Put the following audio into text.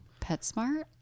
PetSmart